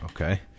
okay